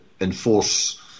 enforce